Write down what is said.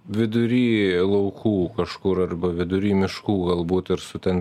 vidury laukų kažkur arba vidury miškų galbūt ir su ten